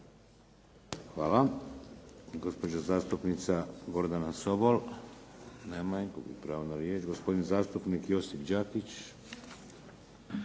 Hvala.